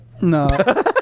No